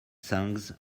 songs